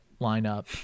lineup